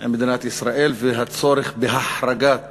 עם מדינת ישראל והצורך בהחרגת